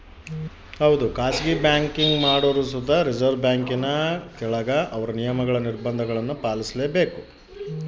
ಖಾಸಗಿ ಬ್ಯಾಂಕಿಂಗ್ ಮಾಡೋರು ಸುತ ರಿಸರ್ವ್ ಬ್ಯಾಂಕಿನ ಕೆಳಗ ಅವ್ರ ನಿಯಮ, ನಿರ್ಭಂಧಗುಳ್ನ ಪಾಲಿಸ್ತಾರ